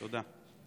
תודה.